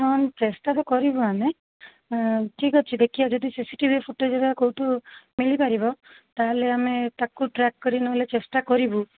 ହଁ ଚେଷ୍ଟା ତ କରିବୁ ଆମେ ଠିକ୍ ଅଛି ଦେଖିବା ଯଦି C C T V footage ହେକା କେଉଁଠୁ ମିଳିପାରିବ ତା'ହେଲେ ଆମେ ତାକୁ ଟ୍ରାକ୍ କରି ନହେଲେ ଚେଷ୍ଟା କରିବୁ